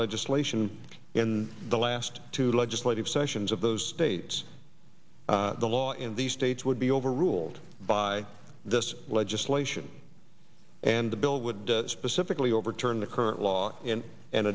legislation in the last two legislative sessions of those states the law in these states would be overruled by this legislation and the bill would specifically overturn the current law in an